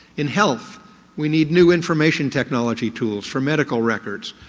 in health we need new information technology tools for medical records,